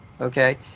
okay